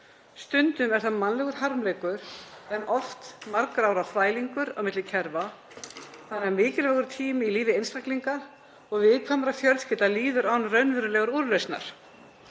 Stundum er það mannlegur harmleikur en oft margra ára þvælingur á milli kerfa þannig að mikilvægur tími í lífi einstaklinga og viðkvæmra fjölskylda líður án raunverulegrar úrlausnar.